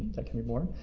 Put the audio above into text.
that can be born.